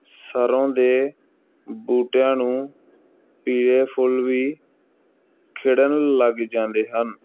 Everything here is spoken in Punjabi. ਸਰੋਂ ਦੇ ਬੂਟਿਆਂ ਨੂੰ ਪੀਲੇ ਫੁੱਲ ਵੀ ਖਿੜਨ ਲੱਗ ਜਾਂਦੇ ਹਨ